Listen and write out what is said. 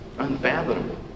unfathomable